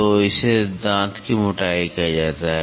तो इसे दांत की मोटाई कहा जाता है